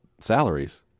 salaries